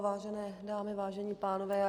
Vážené dámy, vážení pánové.